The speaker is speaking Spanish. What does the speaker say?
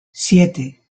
siete